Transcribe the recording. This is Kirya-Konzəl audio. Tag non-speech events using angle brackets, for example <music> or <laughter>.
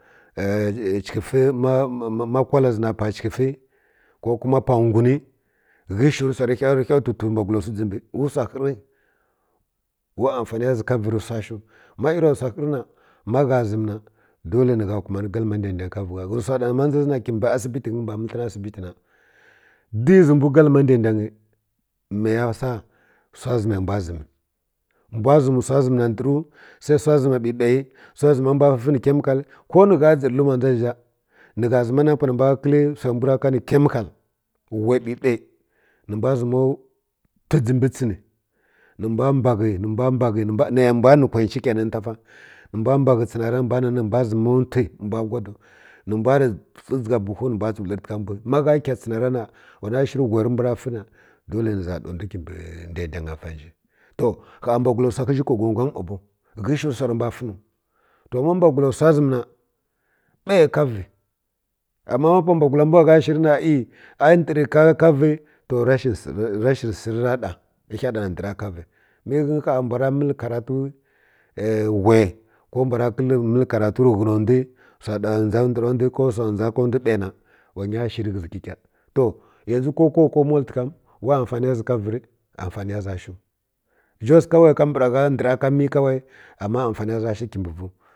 <hesitation> chəfi ma ma kirala zi na pa chəfi ko kuma pa ngwəni ghə shiru wsa rə ghəy twi twi mbwgalo wsi dʒibə wi wsa dʒibi wsa ghə rə wi afani zi ka vi rə sa shiw ma ira wsa ghiʒ rə na ma gha zəm ha dole ni gha kumani glama daidang ka vi gha ghə zi wsa ɗa ma ma dʒa ndu mbə asibi tə mə ghə mbani məl hən ha asibi tə dizi mbw ga gma daidang mai ya sa’a wsu zəm mbw zə zəm mbw zəm wsa zəm na ndəru sai wsa zəm bəbə wsa zəm ma mbw fi nə chemical ko ni gha dʒi rə luma na dʒa zi zha ni gha zəm nə panə mbw rə kəl wsai mbw ra ka ni chemical whai bəbə ni mbw zəma twi mbw mba ghə nə mbw ni kwa chi ni ta fa ni mbw mba ghə tsina ra mbw zəma twi mbw gwada wa ni mbw rə fi dʒiga buhu ni mbw tsəw lərətəkə mbw ma gha keh tsina ra na wana shir whai rə mbw ra fi na dale ni za ɗa ndw kibə daidang va nji to ha mbwgula wsa ghə zhi kwa gogwang ma bow ghə shinu wsi rə mbw fi nu to ma mbwgula wsa zəm na bə ka vi ama ma pa mbwgula mbw gha shir na ai ndar ka vi to rashin rashin shir ra ɗa tə ghə aɗa ndəri ka vi mə gha mbw ra mə karatu wa whai ko mbw ra ghə da ndw wsa <unintelligible> wa nya shir ghə zi kəkah to yanzu kokə ko molt kam wi afa ni ya za ka vi rə afa ni ya za shiw just kawai kabara gha ndar mi ama a fa ni za shiw kibə vi